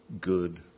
good